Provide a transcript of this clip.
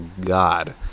God